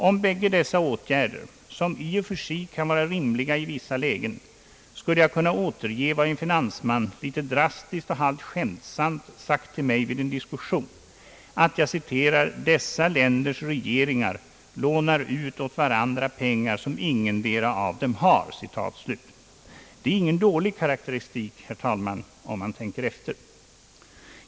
Om båda dessa åtgärder, som i och för sig kan vara rimliga i vissa lägen, skulle jag kunna återge vad en finansman litet drastiskt och halvt skämtsamt sagt till mig vid en diskussion, nämligen att »dessa länders regeringar lånar ut åt varandra pengar som ingendera av dem har». Det är ingen dålig karaktäristik, herr talman, om man tänker efter.